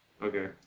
Okay